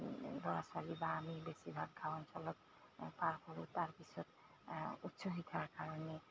ল'ৰা ছোৱালী বা আমি বেছিভাগ গাঁও অঞ্চলত পাৰ কৰোঁ তাৰ পিছত উচ্চ শিক্ষাৰ কাৰণে